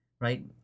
Right